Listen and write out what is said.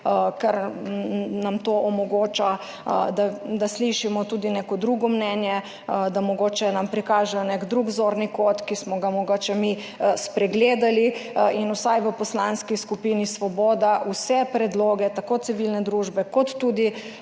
ker nam to omogoča, da slišimo tudi neko drugo mnenje, da nam mogoče prikažejo nek drug zorni kot, ki smo ga mogoče mi spregledali, in vsaj v Poslanski skupini Svoboda vse predloge tako civilne družbe kot tudi